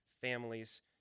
families